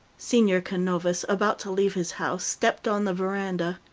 senor canovas, about to leave his house, stepped on the veranda.